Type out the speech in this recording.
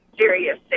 serious